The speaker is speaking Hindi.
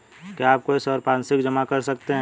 क्या आप कोई संपार्श्विक जमा कर सकते हैं?